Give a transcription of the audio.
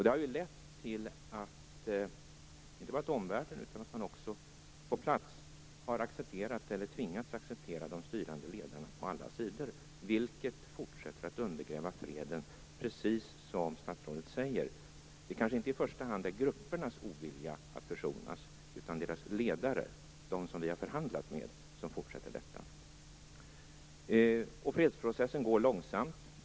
Det har ju lett till att man inte bara i omvärlden utan också på plats har accepterat eller tvingats acceptera de styrande ledarna på alla sidor, vilket fortsätter att undergräva freden precis som statsrådet säger. Det kanske inte i första hand är gruppernas ovilja att försonas, utan deras ledares ovilja - dem som vi har förhandlat med - som gör att detta fortsätter. Fredsprocessen går långsamt.